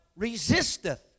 resisteth